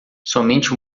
somente